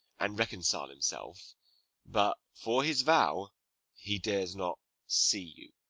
and reconcile himself but for his vow he dares not see you.